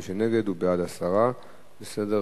מי שנגד, הוא בעד הסרה מסדר-היום.